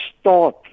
start